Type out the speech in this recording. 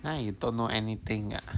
now you don't know anything ah